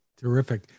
Terrific